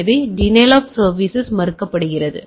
எனவே denial of service மறுக்கப்படுகிறது